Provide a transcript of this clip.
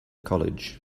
college